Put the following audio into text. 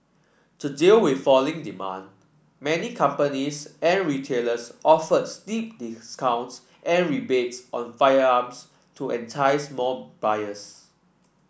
to deal with falling demand many companies and retailers offered steep discounts and rebates on firearms to entice more buyers